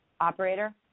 Operator